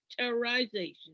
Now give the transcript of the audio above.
terrorization